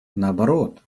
наоборот